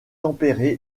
tempéré